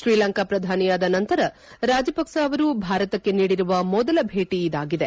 ಶ್ರೀಲಂಕಾ ಪ್ರಧಾನಿಯಾದ ನಂತರ ರಾಜಪಕ್ಷ ಅವರು ಭಾರತಕ್ಕೆ ನೀಡಿರುವ ಮೊದಲ ಭೇಟಿ ಇದಾಗಿದೆ